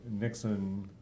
Nixon